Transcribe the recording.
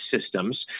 systems